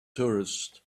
tourists